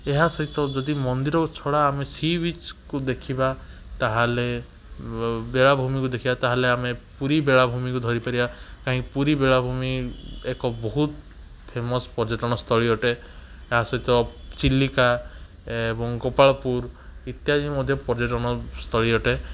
ଏହା ସହିତ ଯଦି ମନ୍ଦିର ଛଡ଼ା ଆମେ ସିବିଚକୁ ଦେଖିବା ତାହେଲେ ବେଳାଭୂମିକି ଦେଖିବା ତାହେଲେ ଆମେ ପୁରୀବେଳାଭୂମିକୁ ଧରିପାରିବା ପୁରୀବେଳାଭୂମି ଏକ ବହୁତ ଫେମସ ପର୍ଯ୍ୟଟନସ୍ଥଳୀ ଅଟେ ତାସହିତ ଚିଲିକା ଏବଂ ଗୋପାଳପୁର ଇତ୍ୟାଦି ମଧ୍ୟ ପର୍ଯ୍ୟଟନସ୍ଥଳୀ ଅଟେ